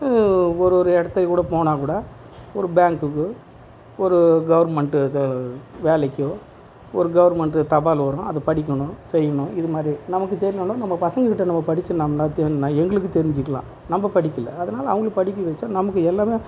ஒரு ஒரு இடத்துல போனால் கூட ஒரு பேங்குக்கு ஒரு கவர்மெண்ட்டு எதோ வேலைக்கோ ஒரு கவுர்மெண்ட்டு தபால் வரும் அதை படிக்கணும் செய்யணும் இது மாதிரி நமக்கு தெரியல்லனாலும் நம்ம பசங்கக்கிட்ட நம்ம படித்தோம்னா எங்களுக்கு தெரிஞ்சுக்கிலாம் நம்ம படிக்கலை அதனால் அவங்கள படிக்க வச்சால் நமக்கு எல்லாமே